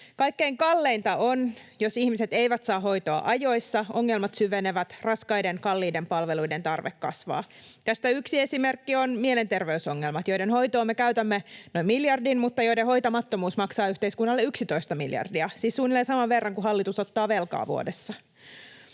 Kaikkein kalleinta on, jos ihmiset eivät saa hoitoa ajoissa, ongelmat syvenevät, raskaiden, kalliiden palveluiden tarve kasvaa. Tästä yksi esimerkki on mielenterveysongelmat, joiden hoitoon me käytämme noin miljardin mutta joiden hoitamattomuus maksaa yhteiskunnalle 11 miljardia, siis suunnilleen saman verran kuin hallitus ottaa velkaa vuodessa.